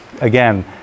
again